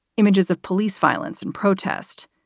images of police violence and protest.